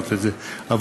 כן.